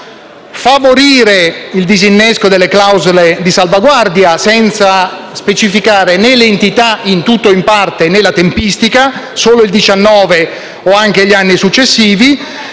di favorire il disinnesco delle clausole di salvaguardia, senza specificare né l'entità (in tutto o in parte), né la tempistica (solo il 2019 o anche gli anni successivi);